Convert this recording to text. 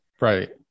Right